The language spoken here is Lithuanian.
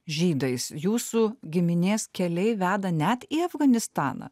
žydais jūsų giminės keliai veda net į afganistaną